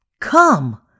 Come